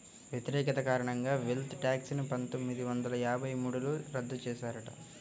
వ్యతిరేకత కారణంగా wealth tax ని పందొమ్మిది వందల యాభై మూడులో రద్దు చేశారట